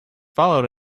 followed